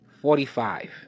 forty-five